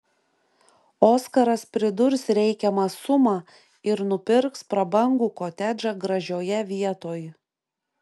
oskaras pridurs reikiamą sumą ir nupirks prabangų kotedžą gražioje vietoj